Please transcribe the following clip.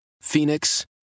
Phoenix